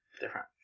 different